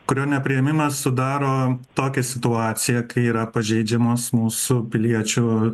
kurio nepriėmimas sudaro tokią situaciją kai yra pažeidžiamos mūsų piliečių